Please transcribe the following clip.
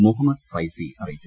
മുഹമ്മദ് ഫൈസി അറിയിച്ചു